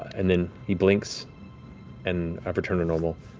and then he blinks and have returned to normal.